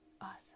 Awesome